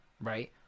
Right